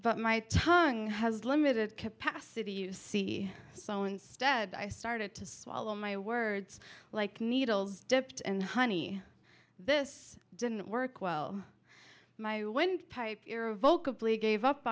but my tongue has limited capacity you see so instead i started to swallow my words like needles dipped in honey this didn't work well my windpipe irrevocably gave up